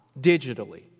digitally